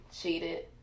cheated